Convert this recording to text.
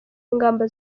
ingamba